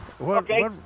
Okay